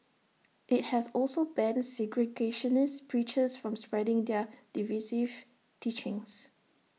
IT has also banned segregationist preachers from spreading their divisive teachings